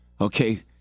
okay